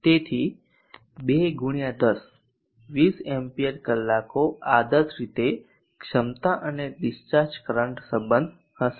તેથી 2 10 20 એમ્પીયર કલાકો આદર્શ રીતે ક્ષમતા અને ડિસ્ચાર્જ કરંટ સંબંધ હશે